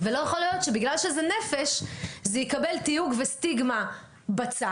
לא יכול להיות שבגלל שזו נפש זה יקבל תיוג וסטיגמה בצד,